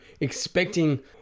expecting